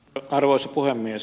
arvoisa puhemies